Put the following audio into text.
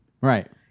Right